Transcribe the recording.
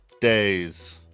days